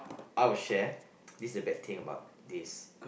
I will share this is the bad thing about this